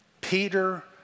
Peter